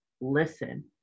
listen